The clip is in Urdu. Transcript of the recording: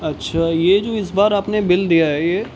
اچھا یہ جو اس بار آپ نے بل دیا ہے یہ